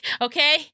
okay